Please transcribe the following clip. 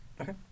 Okay